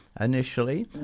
initially